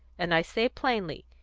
and i say plainly,